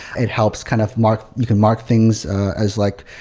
it helps kind of mark you can mark things as like